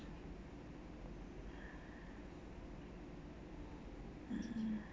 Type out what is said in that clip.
mm